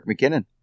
McKinnon